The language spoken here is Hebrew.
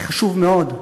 זה חשוב מאוד.